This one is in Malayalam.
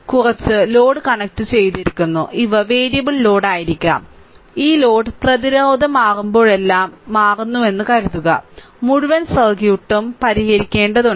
കുറച്ച് ലോഡ് കണക്റ്റുചെയ്തിരിക്കുന്നു ഇവ വേരിയബിൾ ലോഡായിരിക്കാം ഈ ലോഡ് പ്രതിരോധം മാറുമ്പോഴെല്ലാം ഈ ലോഡ് മാറുന്നുവെന്ന് കരുതുക മുഴുവൻ സർക്യൂട്ടും പരിഹരിക്കേണ്ടതുണ്ട്